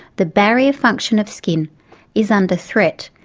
the barrier function of skin is under threat,